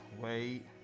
wait